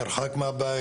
מרחק מהבית,